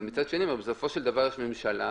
אבל בסופו של דבר יש ממשלה,